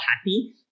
happy